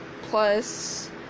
Plus